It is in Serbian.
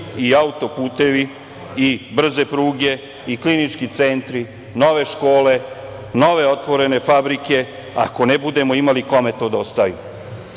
i auto-putevi i brze pruge i klinički centri, nove škole, nove otvorene fabrike, ako ne budemo imali kome to da